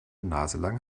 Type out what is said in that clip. naselang